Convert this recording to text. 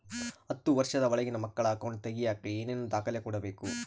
ಹತ್ತುವಷ೯ದ ಒಳಗಿನ ಮಕ್ಕಳ ಅಕೌಂಟ್ ತಗಿಯಾಕ ಏನೇನು ದಾಖಲೆ ಕೊಡಬೇಕು?